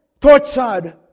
Tortured